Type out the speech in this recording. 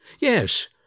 Yes